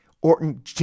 Orton